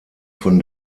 von